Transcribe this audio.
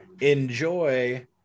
Enjoy